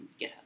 GitHub